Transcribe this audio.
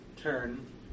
turn